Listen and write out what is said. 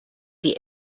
die